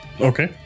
Okay